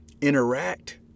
interact